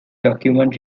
document